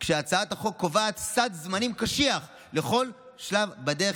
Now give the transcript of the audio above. כשהצעת החוק קובעת סד זמנים קשיח לכל שלב בדרך,